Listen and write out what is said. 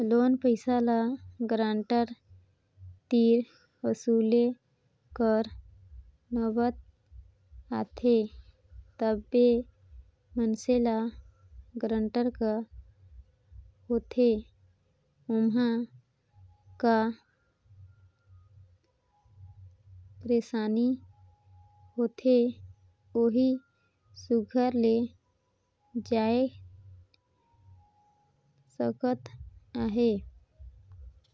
loan पइसा ल guarantor तीर वसूले कर नउबत आथे तबे मइनसे ल गारंटर का होथे ओम्हां का पइरसानी होथे ओही सुग्घर ले जाएन सकत अहे